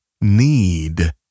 need